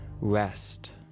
rest